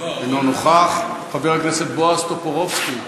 אינו נוכח, חבר הכנסת בועז טופורובסקי,